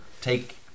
take